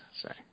Sorry